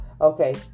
Okay